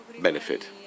benefit